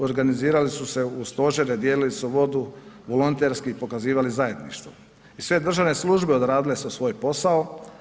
Organizirali su se u stožere, dijelili su vodu, volonterski pokazivali zajedništvo i sve državne službe su odradile svoj posao.